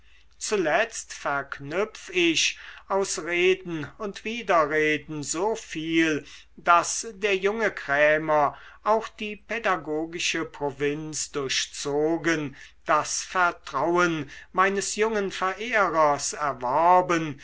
zuletzt verknüpf ich aus reden und widerreden so viel daß der junge krämer auch die pädagogische provinz durchzogen das vertrauen meines jungen verehrers erworben